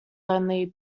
only